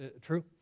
True